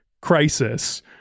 crisis